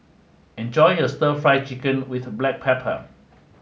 enjoy your Stir Fry Chicken With Black Pepper